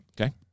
Okay